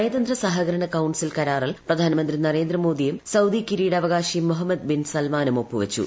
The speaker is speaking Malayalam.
നയതന്ത്ര സഹകരണ കൌൺസിൽ കരാറിൽ പ്രധാനമന്ത്രി നരേന്ദ്രമോദിയും സൌദി കിരീടാവകാശി മൊഹമ്മദ് ബിൻ സൽമാനും ഒപ്പുവെച്ചു